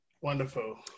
Wonderful